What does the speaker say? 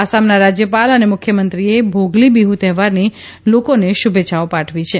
આસામના રાજ્યપાલ અને મુખ્યમંત્રીએ ભોગલી બિહ્ઠ તહેવારની લોકોને શુભેચ્છાઓ પાઠવી છે